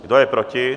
Kdo je proti?